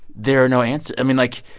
there are no answers. i mean, like,